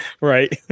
right